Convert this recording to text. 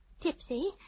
tipsy